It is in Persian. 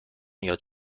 یاد